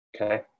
Okay